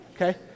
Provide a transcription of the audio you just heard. okay